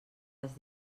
les